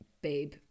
Babe